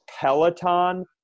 Peloton